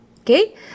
Okay